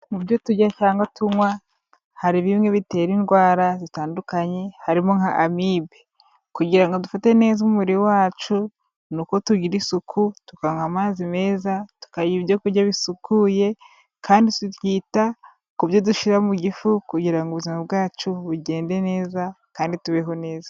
Mu byo turya cyangwa tunywa , hari bimwe bitera indwara zitandukanye, harimo nka Amibe, kugira ngo dufate neza umubiri wacu, ni uko tugira isuku, tukanywa amazi meza, tukarya ibyo kurya bisukuye, kandi tubyita ku byo dushyira mu gifu, kugira ngo ubuzima bwacu bugende neza kandi tubeho neza.